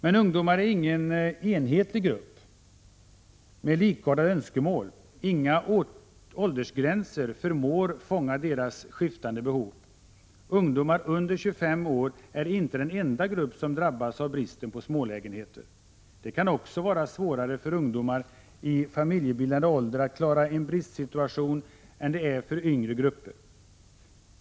Men ungdomar är ingen enhetlig grupp med likartade önskemål. Inga åldersgränser förmår fånga deras skiftande behov. Ungdomar under 25 år är inte den enda grupp som drabbas av bristen på smålägenheter. Det kan också vara svårare för ungdomar i familjebildande ålder att klara en bristsituation än det är för yngre grupper.